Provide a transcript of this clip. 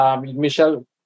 Michelle